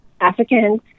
African